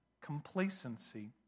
complacency